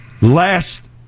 last